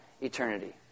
eternity